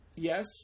Yes